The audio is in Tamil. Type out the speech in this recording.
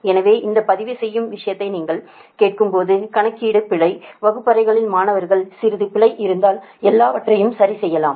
எனவே இந்த பதிவு செய்யும் விஷயத்தை நீங்கள் கேட்கும்போது கணக்கீடு பிழை வகுப்பறைகளில் மாணவர்கள் சிறிது பிழை இருந்தால் எல்லாவற்றையும் சரி செய்யலாம்